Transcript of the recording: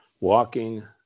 walking